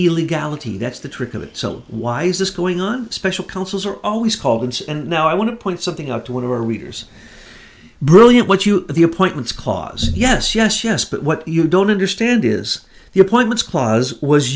illegality that's the trick of it so why is this going on special councils are always called and and now i want to point something out to one of our readers brilliant what you the appointments clause yes yes yes but what you don't understand is the appointments clause was